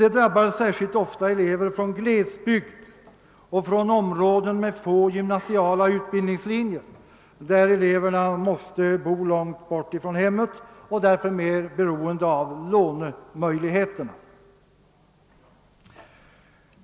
Det drabbar särskilt ofta elever från glesbygder och områden med få gymnasiala utbildningslinjer, där eleverna måste bo långt från hemmet och därför är mer beroende av lånemöjligheterna.